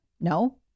No